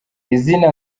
izina